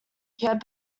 had